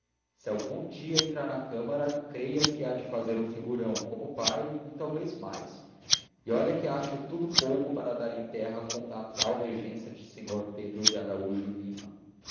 se algum dia entrar na câmara creia que há de fazer um figurão como o pai e talvez mais e olhe que acho tudo pouco para dar em terra com a tal regência do sr pedro de araújo lima